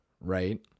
Right